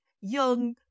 young